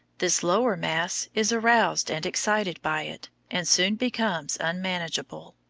this lower mass is aroused and excited by it, and soon becomes unmanageable.